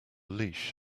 leash